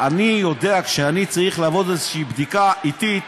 כשאני צריך לעבור איזושהי בדיקה עתית,